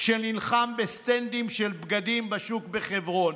שנלחם בסטנדים של בגדים בשוק בחברון,